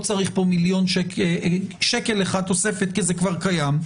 צריך פה שקל אחד תוספת כי זה כבר קיים,